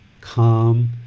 calm